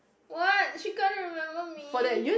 what she can't remember me